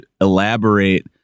elaborate